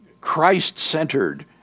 Christ-centered